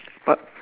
but